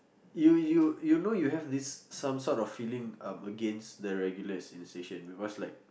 you you you know you have this some sort of feeling up against the regulars in the station because like